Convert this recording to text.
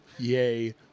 yay